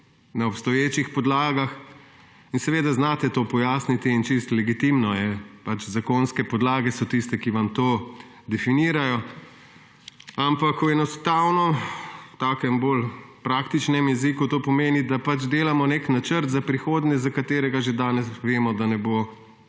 na obstoječih podlagah, in seveda znate to pojasniti in povsem legitimno je, zakonske podlage so tiste, ki vam to definirajo. Ampak enostavno v takem bolj praktičnem jeziku to pomeni, da pač delamo nek načrt za prihodnje, za katerega že danes vemo, da ne bo